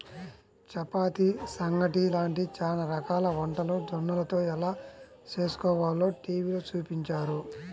చపాతీ, సంగటి లాంటి చానా రకాల వంటలు జొన్నలతో ఎలా చేస్కోవాలో టీవీలో చూపించారు